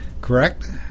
correct